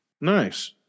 nice